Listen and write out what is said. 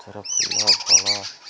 ଗଛର ଫୁଲ ଫଳ